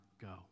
go